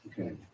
Okay